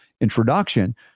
introduction